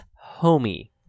homey